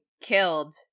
killed